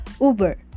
Uber